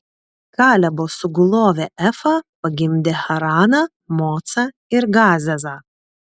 kalebo sugulovė efa pagimdė haraną mocą ir gazezą